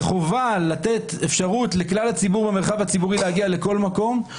וחובה לתת אפשרות לכלל הציבור להגיע לכל מקום במרחב הציבורי,